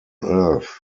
earth